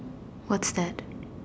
what's that